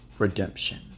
redemption